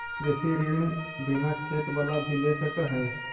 कृषि ऋण बिना खेत बाला भी ले सक है?